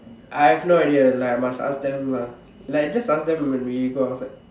I have no idea like I must ask them lah like just ask them when we go outside